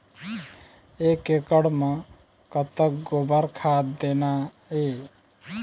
एक एकड़ म कतक गोबर खाद देना ये?